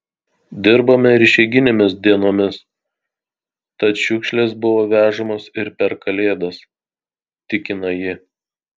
dirbame ir išeiginėmis dienomis tad šiukšlės buvo vežamos ir per kalėdas tikino ji